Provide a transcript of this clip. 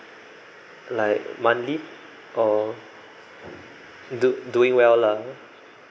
like monthly or do~ doing well lah